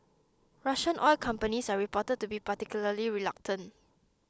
Russian oil companies are reported to be particularly reluctant